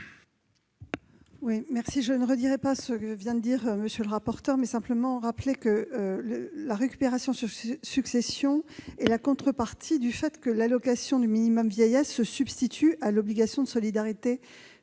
? Je ne répèterai pas ce que vient de dire M. le rapporteur. Je rappellerai simplement que la récupération sur succession est la contrepartie du fait que l'allocation du minimum vieillesse se substitue à l'obligation de solidarité